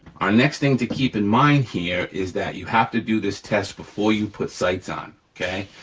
our next thing to keep in mind here is that you have to do this test before you put sights on, okay?